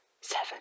Seven